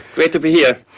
great to be here,